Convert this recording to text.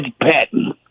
Patton